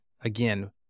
again